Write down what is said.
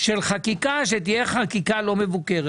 של חקיקה שתהיה חקיקה לא מבוקרת.